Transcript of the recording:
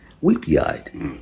weepy-eyed